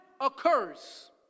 occurs